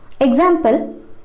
Example